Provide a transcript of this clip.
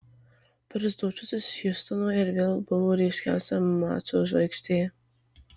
barzdočius iš hjustono ir vėl buvo ryškiausia mačo žvaigždė